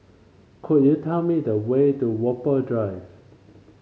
could you tell me the way to Whampoa Drive